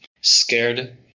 Scared